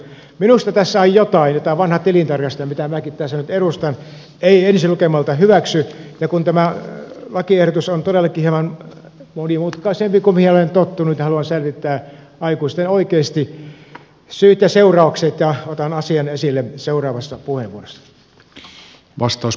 minusta tässä on jotain mitä vanha tilintarkastaja jollaista minäkin tässä nyt edustan ei ensi lukemalta hyväksy ja kun tämä lakiehdotus on todellakin hieman monimutkaisempi kuin mihin olen tottunut haluan selvittää aikuisten oikeasti syyt ja seuraukset ja otan asian esille seuraavassa puheenvuorossa